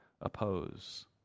oppose